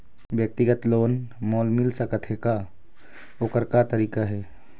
व्यक्तिगत लोन मोल मिल सकत हे का, ओकर का तरीका हे?